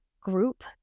group